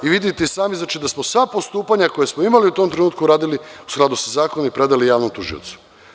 Vidite i sami da smo sva postupanja koja smo imali u tom trenutku uradili u skladu sa zakonom i predali javnom tužiocu.